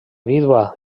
vídua